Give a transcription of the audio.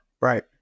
Right